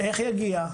איך יגיע?